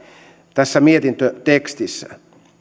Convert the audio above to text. tässä mietintötekstissä